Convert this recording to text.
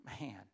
man